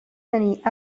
tenir